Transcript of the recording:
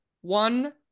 One